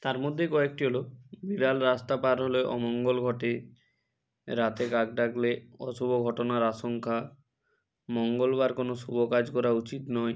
তার মধ্যে কয়েকটি হল বিড়াল রাস্তা পার হলে অমঙ্গল ঘটে রাতে কাক ডাকলে অশুভ ঘটনার আশঙ্কা মঙ্গলবার কোনো শুভ কাজ করা উচিত নয়